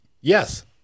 Yes